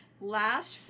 last